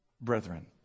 brethren